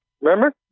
Remember